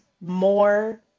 more